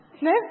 No